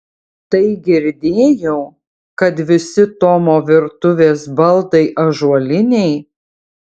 tai girdėjau kad visi tomo virtuvės baldai ąžuoliniai